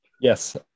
Yes